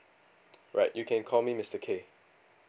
right you can call me mister K